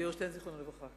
ויורי שטרן, זיכרונו לברכה.